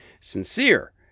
Sincere